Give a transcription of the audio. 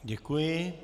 Děkuji.